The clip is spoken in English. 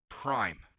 prime